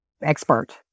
expert